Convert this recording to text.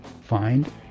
find